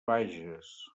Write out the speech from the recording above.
bages